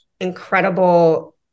incredible